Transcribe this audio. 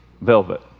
velvet